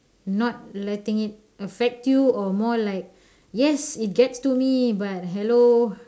not letting it affect you or more like yes it gets to me but hello